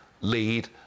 lead